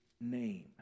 name